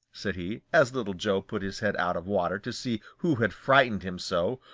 said he, as little joe put his head out of water to see who had frightened him so.